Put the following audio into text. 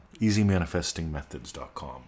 EasyManifestingMethods.com